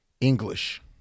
English